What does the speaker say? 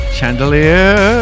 Chandelier